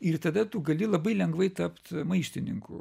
ir tada tu gali labai lengvai tapt maištininku